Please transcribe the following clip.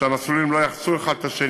כדי שהמסלולים לא יחצו האחד את השני,